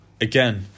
again